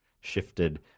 shifted